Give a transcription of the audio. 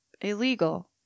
illegal